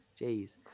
Jeez